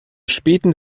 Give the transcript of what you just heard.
späten